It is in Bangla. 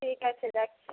ঠিক আছে রাখছি